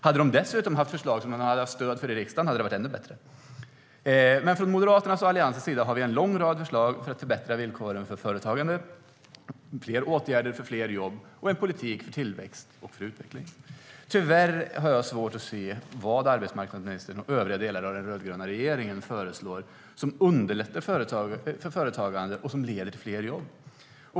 Hade de dessutom haft förslag som de haft stöd för i riksdagen hade det varit ännu bättre. Från Moderaternas och Alliansens sida har vi en lång rad förslag för att förbättra villkoren för företagande, fler åtgärder för fler jobb och en politik för tillväxt och utveckling. Tyvärr har jag svårt att se vad arbetsmarknadsministern och övriga delar av den rödgröna regeringen föreslår som underlättar företagande och leder till fler jobb.